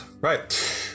Right